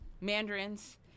Mandarins